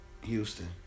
Houston